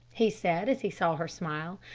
he said as he saw her smile,